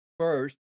first